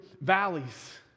valleys